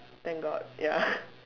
thank God ya